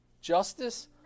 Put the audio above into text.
justice